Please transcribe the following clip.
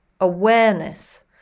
awareness